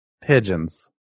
Pigeons